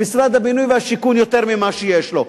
במשרד הבינוי והשיכון, יותר ממה שיש לו.